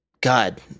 God